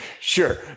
Sure